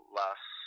last